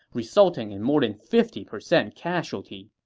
resulting in more than fifty percent casualty.